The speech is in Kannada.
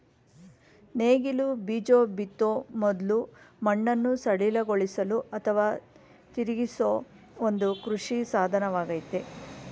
ನೇಗಿಲು ಬೀಜ ಬಿತ್ತೋ ಮೊದ್ಲು ಮಣ್ಣನ್ನು ಸಡಿಲಗೊಳಿಸಲು ಅಥವಾ ತಿರುಗಿಸೋ ಒಂದು ಕೃಷಿ ಸಾಧನವಾಗಯ್ತೆ